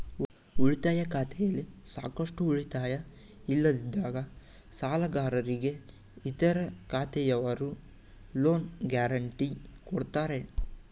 ಉಳಿತಾಯ ಖಾತೆಯಲ್ಲಿ ಸಾಕಷ್ಟು ಉಳಿತಾಯ ಇಲ್ಲದಿದ್ದಾಗ ಸಾಲಗಾರರಿಗೆ ಇತರ ಖಾತೆಯವರು ಲೋನ್ ಗ್ಯಾರೆಂಟಿ ಕೊಡ್ತಾರೆ